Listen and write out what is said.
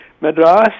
Madras